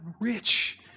rich